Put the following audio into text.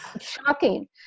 Shocking